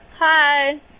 Hi